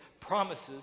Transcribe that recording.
promises